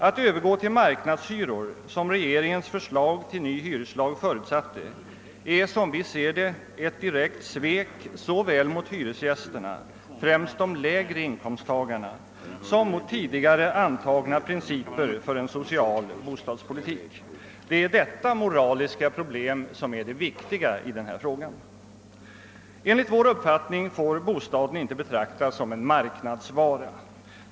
Att övergå till marknadshyror såsom regeringens förslag till ny hyreslag förutsatte är, som vi ser det, ett svek såväl mot hyresgästerna, främst de lägre inkomsttagarna, som mot tidigare antagna principer för en social bostadspolitik. Det är detta moraliska problem som är det viktiga. Enligt vår uppfattning får bostaden inte betraktas som en marknadsvara.